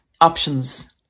options